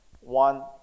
One